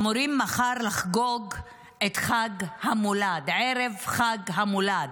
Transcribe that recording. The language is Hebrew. אמורים מחר לחגוג את חג המולד, ערב חג המולד,